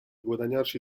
guadagnarsi